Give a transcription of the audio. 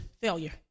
failure